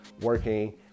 working